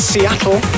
Seattle